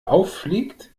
auffliegt